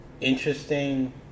interesting